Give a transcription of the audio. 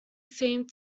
seemed